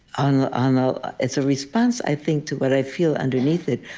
um um ah it's a response, i think, to what i feel underneath it,